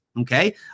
okay